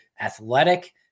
athletic